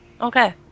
Okay